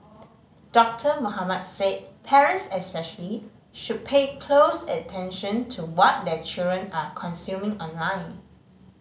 Doctor Mohamed said parents especially should pay close attention to what their children are consuming online